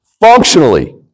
functionally